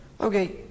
Okay